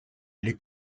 les